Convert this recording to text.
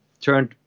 turned